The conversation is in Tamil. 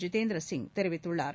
ஜிதேந்திர சிங் தெரிவித்துள்ளார்